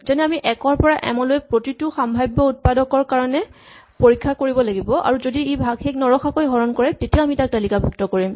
যেনে আমি ১ ৰ পৰা এম লৈ প্ৰতিটো সাম্ভাৱ্য উৎপাদকৰ কাৰণে পৰীক্ষা কৰিব লাগিব আৰু যদি ই ভাগশেষ নৰখাকৈ হৰণ কৰে তেতিয়া তাক আমি তালিকাভুক্ত কৰিম